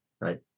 right